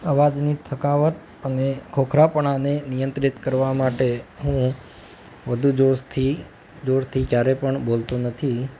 અવાજની થકાવટ અને ખોખરાપણાને નિયંત્રિત કરવા માટે હું વધુ જોશથી જોરથી ક્યારેય પણ બોલતો નથી